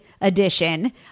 edition